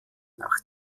nach